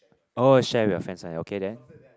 oh share with your friends ah okay then